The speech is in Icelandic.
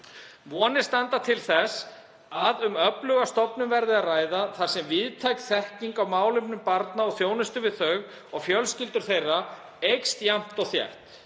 Vonir standa til þess að um öfluga stofnun verði að ræða þar sem víðtæk þekking á málefnum barna og þjónustu við þau og fjölskyldur þeirra eykst jafnt og þétt.